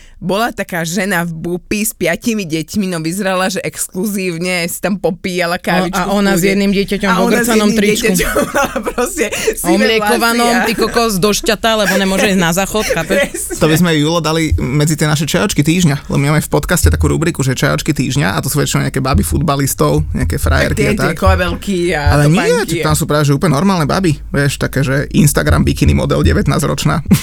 Bola taká žena v bupi s piatimi deťmi, no vyzerala, že exkluzívne si tam popíjala O- a kávičku v ona s kúde. jedným dieťaťom A v ona s ogrcanom jedným tričku. dieťaťom mala proste A syna omliekovanom, vlasia. ty kokos, došťata, lebo nemôže ísť na záchod, chápeš? Presne. To by sme ju, Julo, dali medzi tie naše čajočky týždňa, lebo my máme v podcaste takú rubriku, že čajočky týždňa, a to sú väčšinou nejaké baby futbalistov, nejaké A frajerky tie- a tie tak. kabelky a Ale nie, topánky. tam sú práve, že úplne normálne baby, vieš, také, že Instagram bikini model 19-ročná.